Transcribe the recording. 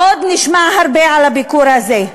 עוד נשמע הרבה על הביקור הזה.